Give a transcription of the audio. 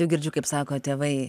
jau girdžiu kaip sako tėvai